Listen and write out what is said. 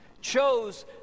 chose